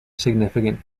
significant